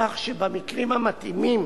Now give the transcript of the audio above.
כך שבמקרים המתאימים